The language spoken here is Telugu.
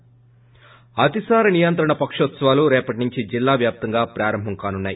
ి అతిసార నియంత్రణ పకోత్సవాలు రేపటినుంచి జిల్లా వ్యాప్తంగా ప్రారంభం కానున్నాయి